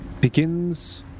begins